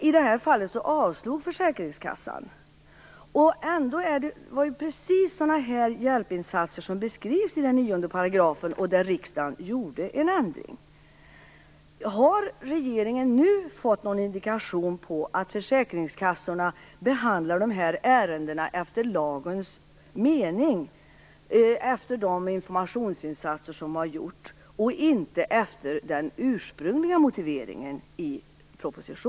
I det här fallet avslog försäkringskassan, och ändå är det precis sådana här hjälpinsatser som beskrivs i